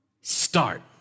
Start